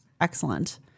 Excellent